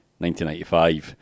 1995